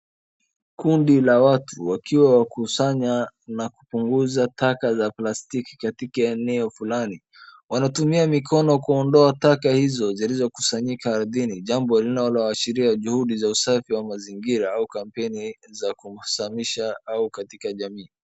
Kundi la watu wakiwakusanya na kupunguza taka za plastiki katika eneo fulani. Wanatumia mikono kuondoa taka hizo zilizokusanyika ardhini jambo linaloashiria juhudi za usafi wa mazingira au kampeini za kusamisha au katika jamii.